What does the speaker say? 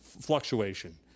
fluctuation